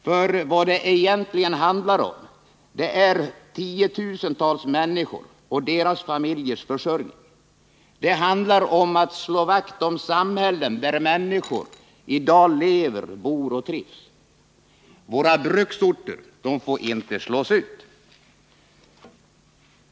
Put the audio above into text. För vad det egentligen handlar om är tiotusentals människor och deras familjers försörjning. Det handlar om att slå vakt om samhällen där människor i dag lever och trivs. Våra bruksorter får inte slås ut.